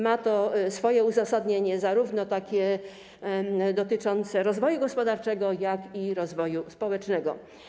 Ma to swoje uzasadnienie, zarówno takie dotyczące rozwoju gospodarczego, jak i rozwoju społecznego.